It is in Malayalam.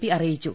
പി അറിയിച്ചു